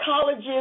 colleges